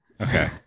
okay